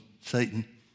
Satan